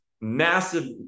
massive